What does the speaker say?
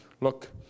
Look